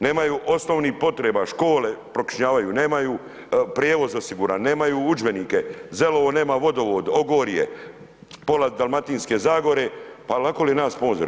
Nemaju osnovnih potreba, škole prokišnjavaju, nemaju prijevoz osiguran, nemaju udžbenike, Zelovo nema vodovod, Ogorje, pola Dalmatinske zagore, pa lako je nać sponzore.